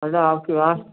hello आपकी अवाज